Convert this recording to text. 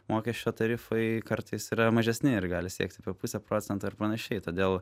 mokesčio tarifai kartais yra mažesni ir gali siekti apie pusę procento ir panašiai todėl